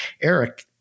Eric